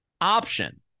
option